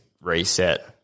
reset